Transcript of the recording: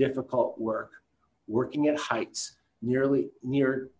difficult work working at heights nearly near